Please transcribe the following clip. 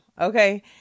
okay